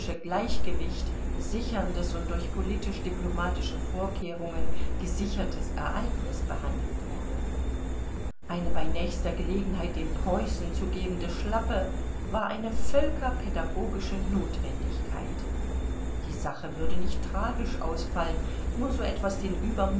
gleichgewicht sicherndes und durch politisch diplomatische vorkehrungen gesichertes ereignis behandelt wurde eine bei nächster gelegenheit den preußen zu gebende schlappe war eine völkerpädagogische notwendigkeit die sache würde nicht tragisch ausfallen nur so etwas den